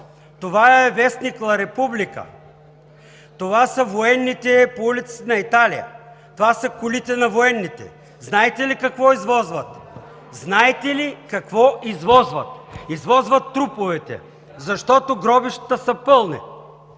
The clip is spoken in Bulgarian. Това е вестник „Ла Република“. Това са военните по улиците на Италия. Това са колите на военните. Знаете ли какво извозват? Знаете ли какво извозват? Извозват труповете, защото гробищата са пълни.